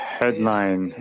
headline